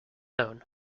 own